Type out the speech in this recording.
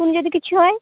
ପୁଣି ଯଦି କିଛି ହୁଏ